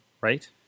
Right